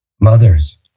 mothers